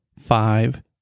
five